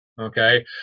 okay